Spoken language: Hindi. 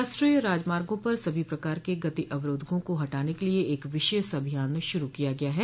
राष्ट्रीय राजमार्गों पर सभी प्रकार के गति अवरोधकों को हटाने के लिए एक विशेष अभियान शुरू किया गया है